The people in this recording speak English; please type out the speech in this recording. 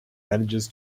manages